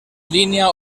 línia